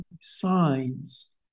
signs